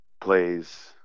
plays